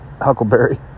Huckleberry